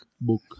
book